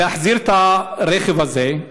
להחזיר את הרכב הזה,